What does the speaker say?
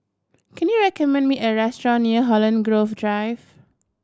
can you recommend me a restaurant near Holland Grove Drive